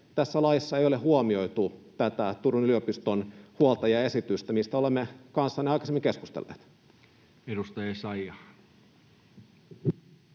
tässä laissa ei ole huomioitu tätä Turun yliopiston huolta ja esitystä, mistä olemme kanssanne aikaisemmin keskustelleet. [Speech